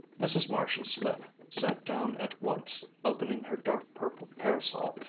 mrs. marshall-smith sat down at once, opening her dark-purple parasol,